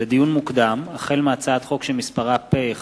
לדיון מוקדם: החל בהצעת חוק פ/1760/18